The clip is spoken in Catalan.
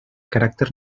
caràcter